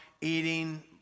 eating